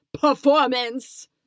performance